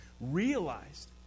realized